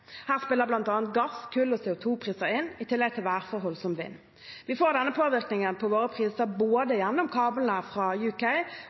Her spiller bl.a. gass og kull og CO 2 -priser inn, i tillegg til værforhold som vind. Vi får denne påvirkningen på våre priser både